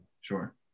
Sure